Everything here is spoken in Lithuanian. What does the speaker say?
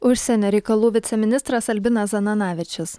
užsienio reikalų viceministras albinas zananavičius